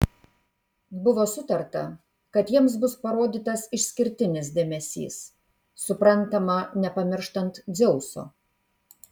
buvo sutarta kad jiems bus parodytas išskirtinis dėmesys suprantama nepamirštant dzeuso